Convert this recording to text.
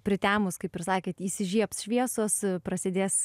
pritemus kaip ir sakėt įsižiebs šviesos prasidės